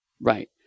Right